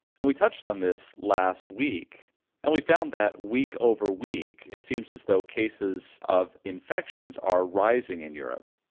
and we touched on this last week and we found that week over week it seems as though cases of infections are rising in europe.